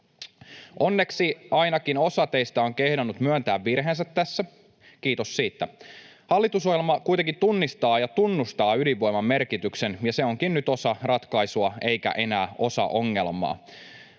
Onneksi ainakin osa teistä on kehdannut myöntää virheensä tässä, kiitos siitä. Hallitusohjelma kuitenkin tunnistaa ja tunnustaa ydinvoiman merkityksen, ja se onkin nyt osa ratkaisua eikä enää osa ongelmaa.